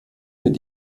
mit